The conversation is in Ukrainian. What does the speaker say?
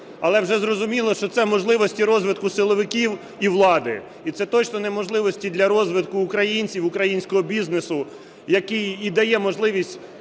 Але вже зрозуміло, що це можливості розвитку силовиків і влади, і це точно не можливості для розвитку українців, українського бізнесу, який і дає можливість